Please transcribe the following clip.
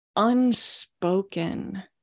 unspoken